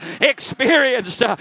experienced